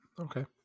Okay